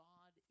God